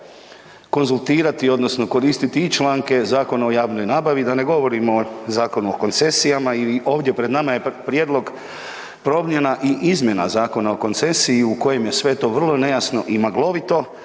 da ne govorimo Zakon o koncesijama i ovdje pred nama je prijedlog promjena i izmjena Zakona o koncesiji u kojem je to sve vrlo nejasno i maglovito,